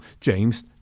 James